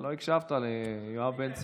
אתה לא הקשבת ליואב בן צור.